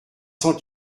cent